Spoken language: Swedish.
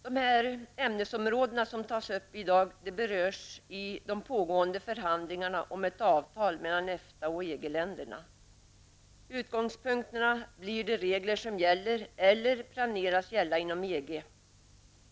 De ämnesområden som tas upp till behandling i dag ingår i de pågående förhandlingarna om ett avtal mellan EFTA och EG-länderna. Utgångspunkterna blir de regler som gäller eller planeras gälla inom EG.